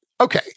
Okay